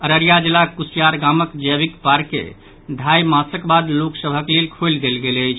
अररिया जिलाक कुसियार गामक जैविक पार्क के ढ़ाई मासक बाद लोक सभक लेल खोलि देल गेल अछि